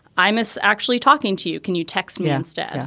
i miss actually talking to you. can you text me instead? yeah